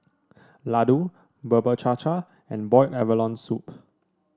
laddu Bubur Cha Cha and Boiled Abalone Soup